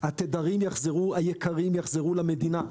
התדרים היקרים יחזרו למדינה.